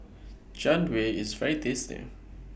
Jian Dui IS very tasty